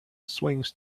swings